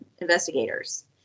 investigators